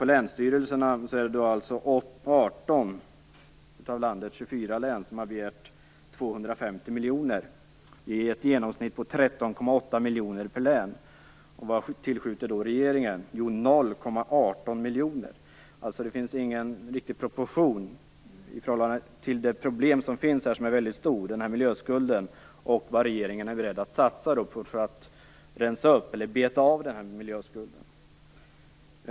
På länsstyrelsenivå har 18 av landets 24 län begärt 250 miljoner. Det ger ett genomsnitt på 13,8 miljoner per län. Vad tillskjuter då regeringen? Jo, 0,18 miljoner. Det finns ingen riktig proportion mellan det problem som finns här som är väldigt stort, nämligen miljöskulden, och vad regeringen är beredd att satsa för att beta av denna miljöskuld.